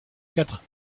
quatre